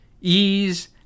ease